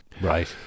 right